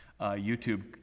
YouTube